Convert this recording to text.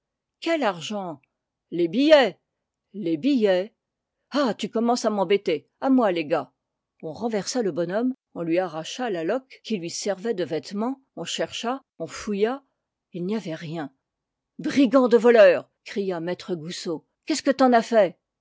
quel argent les billets les billets ah tu commences à m'embêter à moi les gars on renversa le bonhomme on lui arracha la loque qui lui servait de vêtement on chercha on fouilla il n'y avait rien brigand de voleur cria maître goussot qu'est-ce que t'en as fait